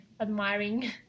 admiring